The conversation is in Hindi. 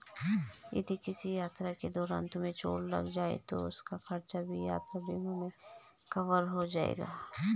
यदि किसी यात्रा के दौरान तुम्हें चोट लग जाए तो उसका खर्च भी यात्रा बीमा में कवर हो जाएगा